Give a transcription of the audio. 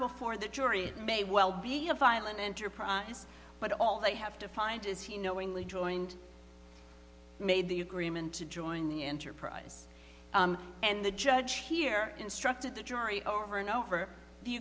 before the jury it may well be a violent enterprise but all they have to find is he knowingly joined made the agreement to join the enterprise and the judge here instructed the jury over and over the